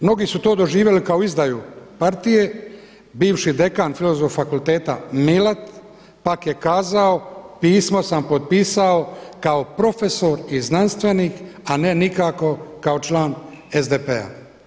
Mnogi su to doživjeli kao izdaju partije, bivši dekan Filozofskog fakulteta Milat pak je kazao „Pismo sam potpisao kao profesor i znanstvenik a ne nikako kao član SDP-a.